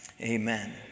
Amen